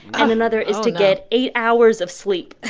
and another is to get eight hours of sleep.